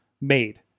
made